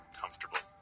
comfortable